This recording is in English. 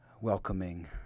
welcoming